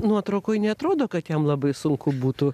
nuotraukoj neatrodo kad jam labai sunku būtų